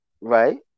right